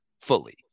fully